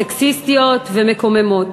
סקסיסטיות ומקוממות,